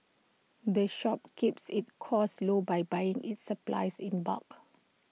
the shop keeps its costs low by buying its supplies in bulk